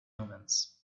omens